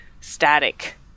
static